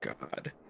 god